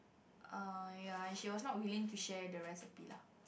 err ya she was not willing to share the recipe lah